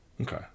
Okay